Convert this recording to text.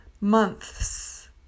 months